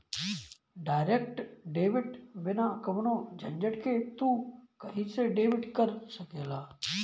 direct debit बिना कवनो झंझट के तू कही से डेबिट कर सकेला